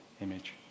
image